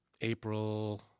April